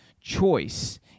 choice